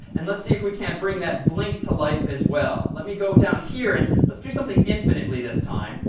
and let's see if we can't bring that blink to life as well. let me go down here, and let's do something infinitely this time.